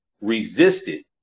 Resisted